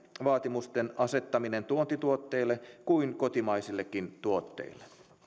vaatimusten asettaminen tuontituotteille kuin kotimaisillekin tuotteille